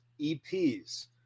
EPs